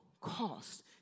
cost